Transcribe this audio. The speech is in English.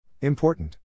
Important